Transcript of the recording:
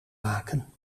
maken